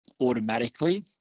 automatically